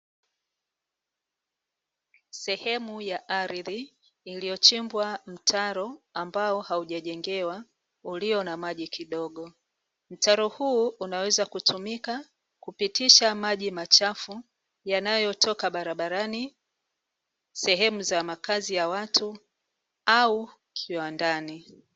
Sehemu ya ardhi iliyochimbwa mtaro ambao haujajengewa uliyo na maji kidogo. Mtaro huu unaweza kutumika kupitisha maji machafu yanayotoka barabarani, sehemu za makazi ya watu au kiwandani.